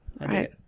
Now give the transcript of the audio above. right